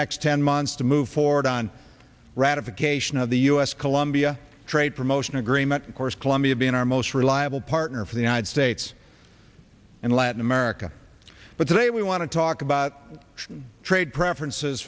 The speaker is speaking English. next ten months to move forward on ratification of the u s colombia trade promotion agreement of course colombia being our most reliable partner for the united states and latin america but today we want to talk about trade preferences